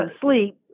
sleep